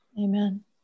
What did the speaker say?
Amen